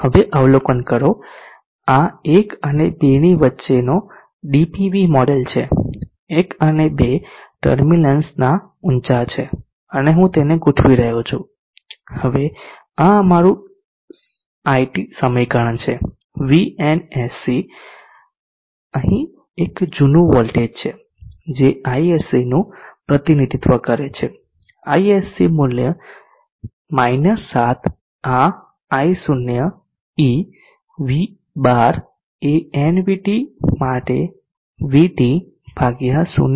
હવે અવલોકન કરો આ 1 અને 2 ની વચ્ચેનો DPV મોડેલ છે 1 અને 2 ટર્મિનલ્સના ઊચા છે અને હું તેને ગોઠવી રહ્યો છું હવે આ અમારું IT સમીકરણ છે VNSC અહીં એક જુનું વોલ્ટેજ છે જે ISC નું પ્રતિનિધિત્વ કરે છે ISC મૂલ્ય 7 આ I0 Ev12 એ N VT માટે Vt 0